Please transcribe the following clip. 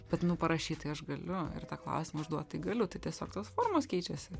bet nu parašyt tai aš galiu ir tą klausimą užduot tai galiu tai tiesiog tos formos keičiasi